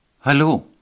Hallo